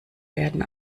werden